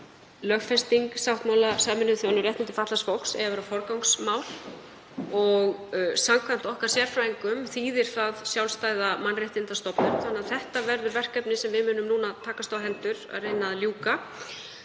lögfesting sáttmála Sameinuðu þjóðanna um réttindi fatlaðs fólks eigi að vera forgangsmál og samkvæmt sérfræðingum okkar þýðir það sjálfstæða mannréttindastofnun þannig að þetta verður verkefni sem við munum núna takast á hendur að reyna að ljúka